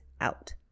out